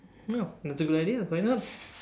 no that's a good idea why not